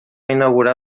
inaugurar